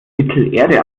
mittelerde